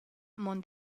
mon